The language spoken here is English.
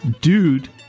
dude